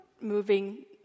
moving